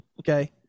Okay